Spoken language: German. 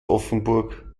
offenburg